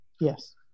Yes